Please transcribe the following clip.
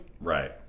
right